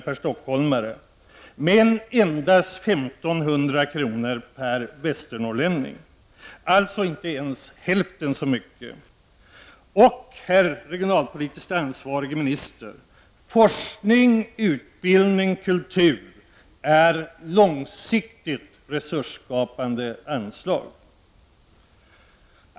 per stockholmare, men endast 1 500 kr. per västernorrlänning, alltså inte ens hälften så mycket. Och, herr regionalpolitiskt ansvarige minister, forskning, utbildning och kultur är långsiktigt resursskapande anslag.